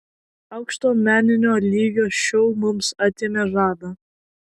aukšto meninio lygio šou mums atėmė žadą